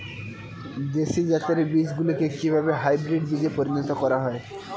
দেশি জাতের বীজগুলিকে কিভাবে হাইব্রিড বীজে পরিণত করা হয়?